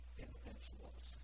individuals